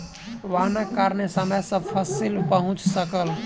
वाहनक कारणेँ समय सॅ फसिल पहुँच सकल